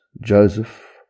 Joseph